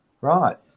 right